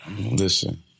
Listen